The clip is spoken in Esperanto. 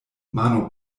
mano